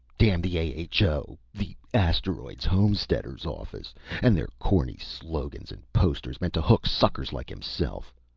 damn the a h o the asteroids homesteaders office and their corny slogans and posters, meant to hook suckers like himself!